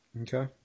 Okay